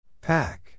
Pack